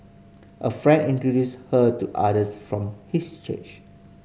a friend introduced her to others from his church